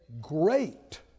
great